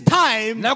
time